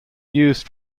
used